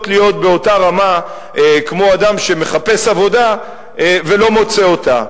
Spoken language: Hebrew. להיות באותה רמה כמו אדם שמחפש עבודה ולא מוצא אותה.